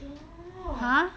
door